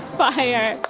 fire!